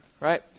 Right